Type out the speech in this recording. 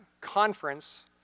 conference